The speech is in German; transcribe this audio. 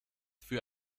für